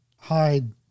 hide